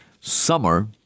Summer